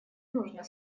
нужно